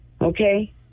okay